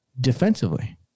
defensively